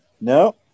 No